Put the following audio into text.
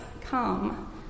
come